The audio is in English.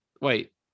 Wait